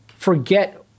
Forget